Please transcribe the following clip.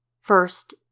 First